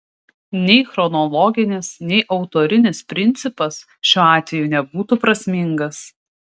nei chronologinis nei autorinis principas šiuo atveju nebūtų prasmingas